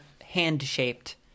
hand-shaped